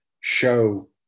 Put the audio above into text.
show